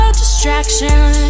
distraction